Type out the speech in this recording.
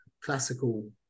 classical